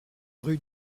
rue